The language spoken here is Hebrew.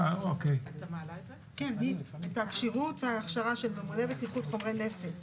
את הכשירות וההכשרה של ממונה בטיחות חומרי נפץ,